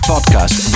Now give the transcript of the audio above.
Podcast